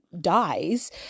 dies –